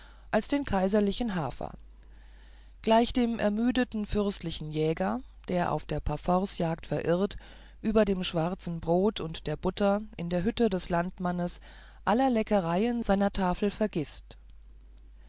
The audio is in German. als den kaiserlichen hafer gleich dem ermüdeten fürstlichen jäger der auf der parforcejagd verirrt über dem schwarzen brot und der butter in der hütte des landmanns aller leckereien seiner tafel vergißt